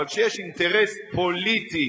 אבל כשיש אינטרס פוליטי,